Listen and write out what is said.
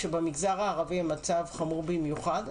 שבמגזר הערבי המצב חמור במיוחד.